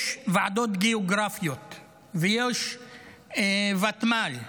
יש ועדות גיאוגרפיות ויש ותמ"ל.